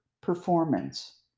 performance